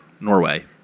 Norway